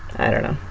i don't know